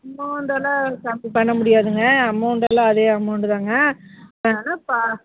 அமௌண்டெல்லாம் கம்மி பண்ண முடியாதுங்க அமௌண்டெல்லாம் அதே அமௌண்டு தாங்க ஆனால் பா